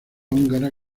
húngara